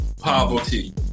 poverty